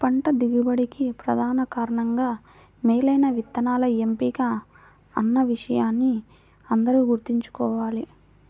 పంట దిగుబడికి ప్రధాన కారణంగా మేలైన విత్తనాల ఎంపిక అన్న విషయాన్ని అందరూ గుర్తుంచుకోవాలి